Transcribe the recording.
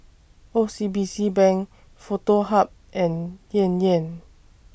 O C B C Bank Foto Hub and Yan Yan